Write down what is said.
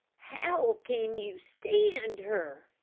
how can you stand her?